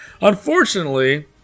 Unfortunately